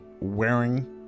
wearing